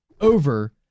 over